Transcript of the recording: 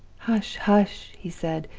hush! hush he said.